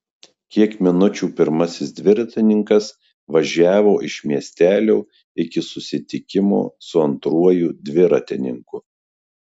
kiek minučių pirmasis dviratininkas važiavo iš miestelio iki susitikimo su antruoju dviratininku